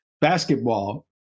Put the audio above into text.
basketball